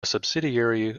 subsidiary